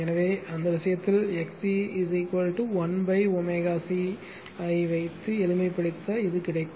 எனவே அந்த விஷயத்தில் எக்ஸ்சி 1 ω சி வைத்து எளிமைப்படுத்த இது கிடைக்கும்